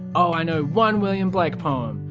oh, i know one william blake poem!